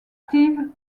steve